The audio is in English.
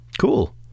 Cool